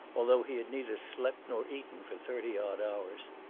although he had neither slept nor eaten for thirty-odd hours,